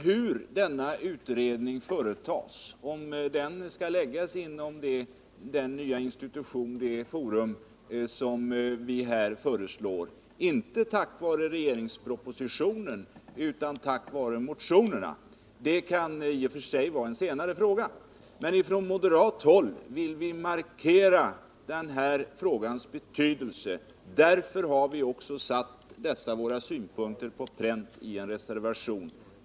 Hurdenna utredning sedan skall företas och om den skall läggas inom den nya institution som här föreslås — inte tack vare regeringspropositionen utan tack vare motionerna — kan i och för sig vara en senare fråga. Men från moderat håll vill vi markera den här frågans betydelse. Därför har vi också satt dessa våra synpunkter på pränt i en reservation.